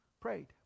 prayed